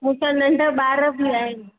मूंसां नंढा ॿार बि आहिनि